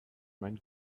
mein